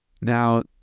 Now